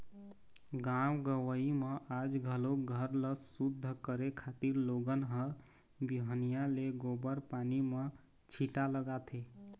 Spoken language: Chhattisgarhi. गाँव गंवई म आज घलोक घर ल सुद्ध करे खातिर लोगन ह बिहनिया ले गोबर पानी म छीटा लगाथे